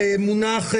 המדינה.